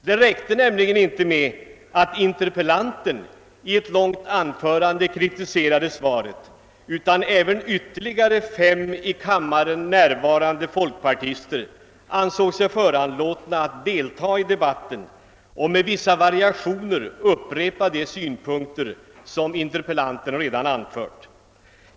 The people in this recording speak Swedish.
Det räckte nämligen inte med att interpellanten i ett långt anförande kritiserade svaret, utan ytterligare fem i kammaren närvarande folkpartister ansåg sig föranlåtna att delta i debatten och med vissa variationer upprepa de synpunkter som interpellanten redan anfört.